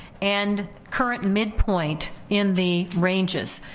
and current midpoint in the ranges.